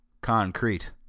concrete